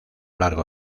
largo